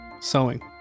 sewing